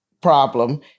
problem